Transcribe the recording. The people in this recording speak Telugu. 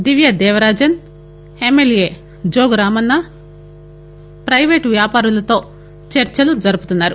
దివ్యదేవరాజన్ ఎమ్మెల్యే జోగు రామన్న పవేటు వ్యాపారులతో చర్చలు జరుపుతున్నారు